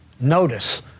notice